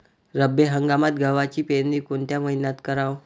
रब्बी हंगामात गव्हाची पेरनी कोनत्या मईन्यात कराव?